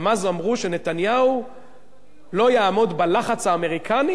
גם אז אמרו שנתניהו לא יעמוד בלחץ האמריקני